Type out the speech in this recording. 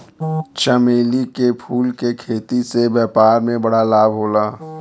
चमेली के फूल के खेती से व्यापार में बड़ा लाभ होला